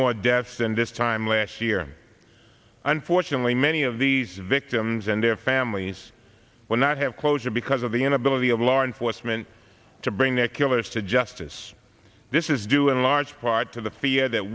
more deaths and this time last year unfortunately many of these victims and their families will not have closure because of the inability of law enforcement to bring their killers to justice this is due in large part to the fear that